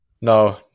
No